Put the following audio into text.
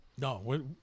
No